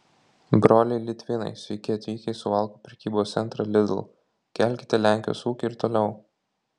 broliai litvinai sveiki atvykę į suvalkų prekybos centrą lidl kelkite lenkijos ūkį ir toliau